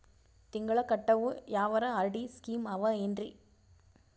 ತಿಂಗಳ ಕಟ್ಟವು ಯಾವರ ಆರ್.ಡಿ ಸ್ಕೀಮ ಆವ ಏನ್ರಿ?